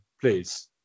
Please